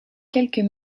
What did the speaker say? quelques